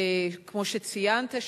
כמו שציינת,